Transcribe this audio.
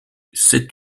sept